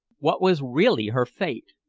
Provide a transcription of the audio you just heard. what was really her fate?